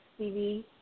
TV